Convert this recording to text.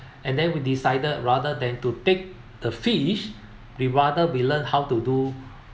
and then we decided rather than to take the fish we rather we learn how to do